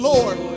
Lord